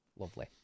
Lovely